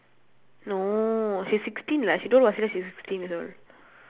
no she's sixteen lah she told roslyn she's sixteen years old